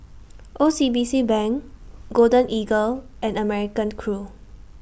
O C B C Bank Golden Eagle and American Crew